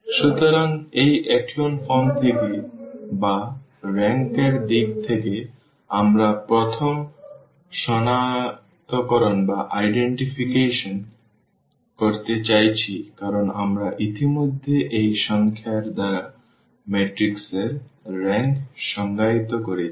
সুতরাং এই echelon form থেকে বা রেংক এর দিক থেকে আমরা প্রথম সনাক্তকরণ করতে চাইছি কারণ আমরা ইতিমধ্যে এই সংখ্যা r দ্বারা ম্যাট্রিক্স এর রেংক সংজ্ঞায়িত করেছি